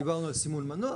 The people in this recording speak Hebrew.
דיברנו על סימון מנוע.